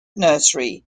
nursery